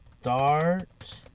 start